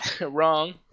wrong